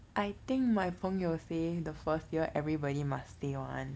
I think my 朋友 say the first year everybody must stay [one]